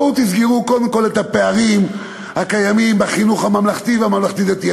בואו תסגרו קודם כול את הפערים הקיימים בחינוך הממלכתי והממלכתי-דתי.